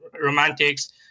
romantics